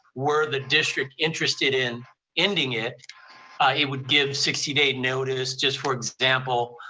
were the district interested in ending it, it would give sixty day notice. just for example,